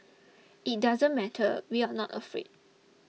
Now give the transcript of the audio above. it doesn't matter we are not afraid